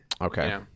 Okay